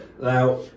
now